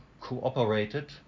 cooperated